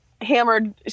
hammered